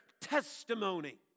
testimony